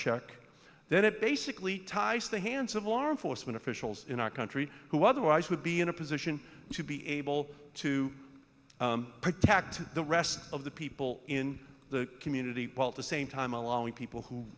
check then it basically ties the hands of law enforcement officials in our country who otherwise would be in a position to be able to protect the rest of the people in the community while at the same time allowing people who